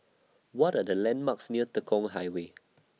What Are The landmarks near Tekong Highway